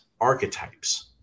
archetypes